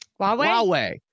Huawei